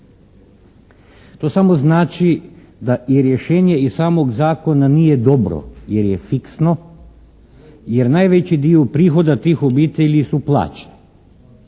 To samo znači da i rješenje iz samog zakona nije dobro jer je fiksno, jer najveći dio prihoda tih obitelji su plaće.